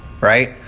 right